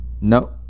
No